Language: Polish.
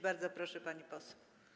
Bardzo proszę, pani poseł.